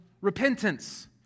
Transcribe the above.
repentance